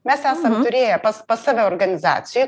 mes esam turėję pas save organizacijoj